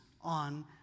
on